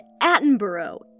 Attenborough